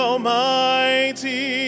Almighty